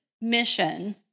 mission